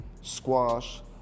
squash